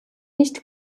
nicht